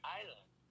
island